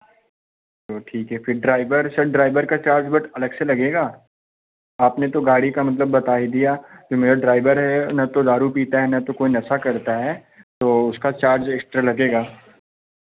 चलो ठीक है फिर ड्राइवर सर ड्राइवर का चार्ज बट अलग से लगेगा आपने गाड़ी का तो मतलब बता ही दिया ये मेरा ड्राइवर है न तो दारू पीता है ना तो कोई नशा करता है तो उसका चार्ज एक्स्ट्रा लगेगा